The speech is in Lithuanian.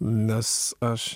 nes aš